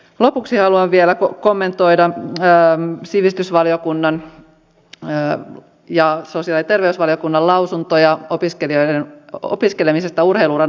lopuksi haluan vielä kommentoida sivistysvaliokunnan ja sosiaali ja terveysvaliokunnan lausuntoja opiskelemisesta urheilu uran aikana